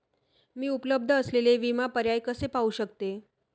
मी उपलब्ध असलेले विमा पर्याय कसे पाहू शकते?